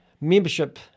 membership